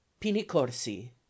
pinicorsi